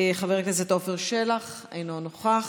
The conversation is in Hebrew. חבר הכנסת עפר שלח, אינו נוכח,